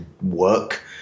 work